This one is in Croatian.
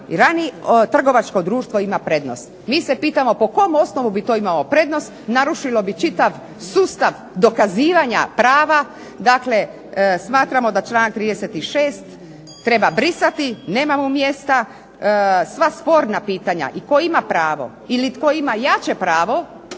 trgovačko društvo ima prednost. Mi se pitamo po kom osnovu bi to imao prednost. Narušilo bi čitav sustav dokazivanja prava. Dakle, smatramo da članak 36. treba brisati. Nemamo mjesta. Sva sporna pitanja i tko ima pravo ili tko ima jače pravo